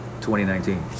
2019